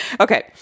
Okay